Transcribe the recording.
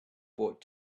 bought